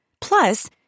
Plus